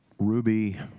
Ruby